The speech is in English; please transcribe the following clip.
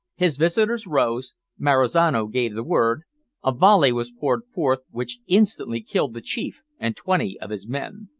his visitors rose marizano gave the word a volley was poured forth which instantly killed the chief and twenty of his men.